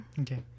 Okay